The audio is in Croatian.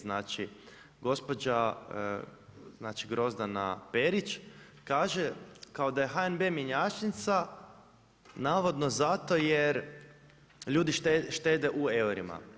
Znači, gospođa Grozdana Perić kaže kao da je HNB mjenjačnica navodno zato jer ljudi štede u eurima.